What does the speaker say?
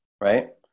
right